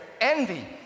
envy